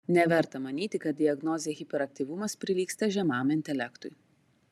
neverta manyti kad diagnozė hiperaktyvumas prilygsta žemam intelektui